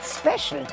special